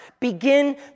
begin